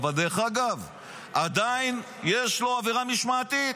אבל עדיין יש לו עבירה משמעתית,